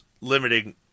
limiting